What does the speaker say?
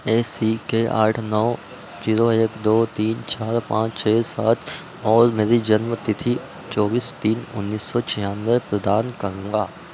ए C K आठ नौ zero एक तीन चार पाँच छः सात और मेरी जन्म तिथि चौबीस तीन उन्नीस सौ छियानवे प्रदान करूँगा